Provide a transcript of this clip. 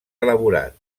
elaborat